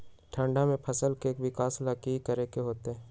ठंडा में फसल के विकास ला की करे के होतै?